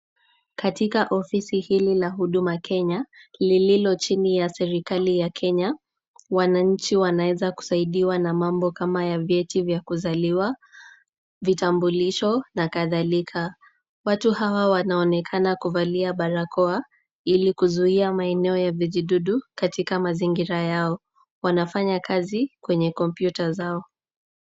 Katika ofisi hili la Huduma Kenya, lililo chini ya serikali ya Kenya , wananchi wanaeza kusaidiwa na mambo kama ya vyeti vya kuzaliwa , vitambulisho na kadhalika. Watu hawa wanaonekana kuvalia barakoa ili kuzuia maeneo ya vijidudu katika mazingira yao. Wanafanya kazi kwenye kompyuta zao.